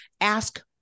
Ask